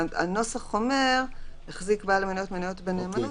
הנוסח אומר: "החזיק בעל מניות מניות בנאמנות,